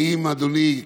האם אדוני,